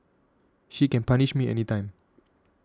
she can punish me anytime